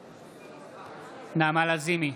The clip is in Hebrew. בעד נעמה לזימי,